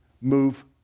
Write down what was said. move